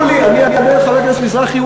אם תרשו לי, אני אענה לחבר הכנסת מזרחי.